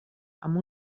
amb